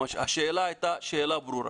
השאלה הייתה שאלה ברורה.